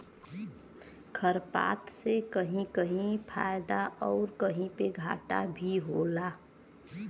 खरपात से कहीं कहीं फायदा आउर कहीं पे घाटा भी होला